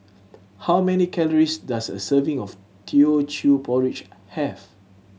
how many calories does a serving of Teochew Porridge have